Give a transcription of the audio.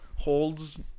holds